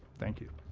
thank you.